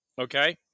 okay